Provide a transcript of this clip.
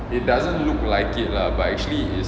it doesn't look like it lah but actually is